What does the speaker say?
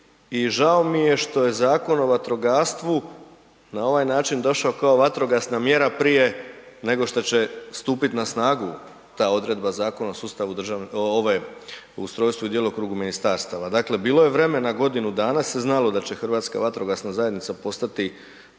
i žao mi je što je Zakon o vatrogastvu na ovaj način došao kao vatrogasna mjera prije nego što će stupiti na snagu ta odredba o ustrojstvu i djelokrugu ministarstava. Dakle bilo je vremena godinu dana se znalo da će Hrvatska vatrogasna zajednica postati